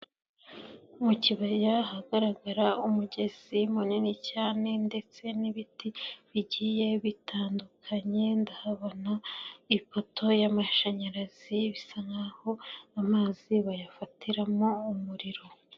Mu kibaya ahagaragara umugezi munini cyane ndetse n'ibiti bigiye bitandukanye, ndahabona ipoto y'amashanyarazi bisa nkaho amazi bayafatiramo umuriro.